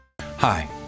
Hi